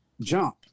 jump